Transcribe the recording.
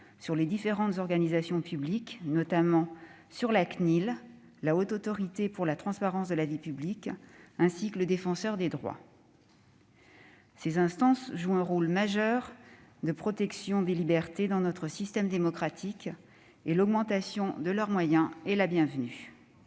dans les différentes organisations publiques, notamment la CNIL, la Haute Autorité pour la transparence de la vie publique ainsi que le Défenseur des droits. Ces instances jouant un rôle majeur de protection des libertés dans notre système démocratique, l'augmentation de leurs moyens est la bienvenue.